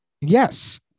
Yes